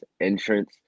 entrance